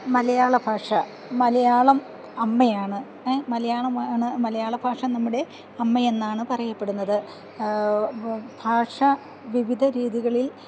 മലയാള ഭാഷ മലയാളം അമ്മയാണ് ഏ മലയാളമാണ് മലയാള ഭാഷ നമ്മുടെ അമ്മയെന്നാണ് പറയപ്പെടുന്നത് ഭാഷ വിവിധ രീതികളിൽ